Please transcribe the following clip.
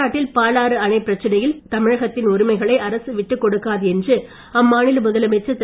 தமிழ்நாட்டில் பாலாறு அணைப் பிரச்சனையில் தமிழகத்தின் உரிமைகளை அரசு விட்டுக் கொடுக்காது என்று அம்மாநில முதலமைச்சர் திரு